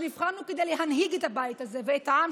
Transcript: שנבחרנו כדי להנהיג את הבית הזה ואת העם